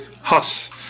Huss